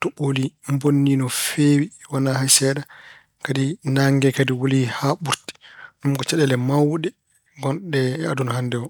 toɓooli mbonii no feewi wonaa hay seeɗa. Kadi naange nge kadi wullii haa ɓurti. Ɗum ko caɗeele mawɗe ngonɗe e aduna hannde o.